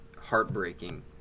heartbreaking